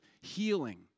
healing